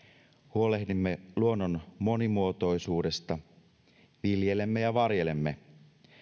huolehdimme luonnon monimuotoisuudesta viljelemme ja varjelemme